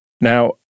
Now